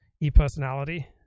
e-personality